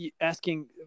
asking